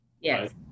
Yes